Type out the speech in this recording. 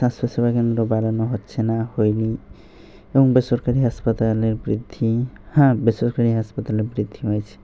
স্বাস্থ্যসেবা কেন্দ্র বাড়ানো হচ্ছে না হয়নি এবং বেসরকারি হাসপাতালের বৃদ্ধি হ্যাঁ বেসরকারি হাসপাতালে বৃদ্ধি হয়েছে